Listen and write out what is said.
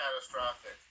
catastrophic